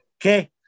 Okay